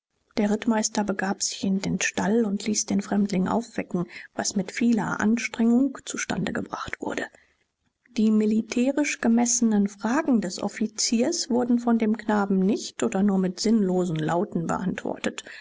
der rittmeister begab sich in den stall und ließ den fremdling aufwecken was mit vieler anstrengung zustande gebracht wurde die militärisch gemessenen fragen des offiziers wurden von dem knaben nicht oder nur mit sinnlosen lauten beantwortet